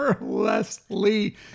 Leslie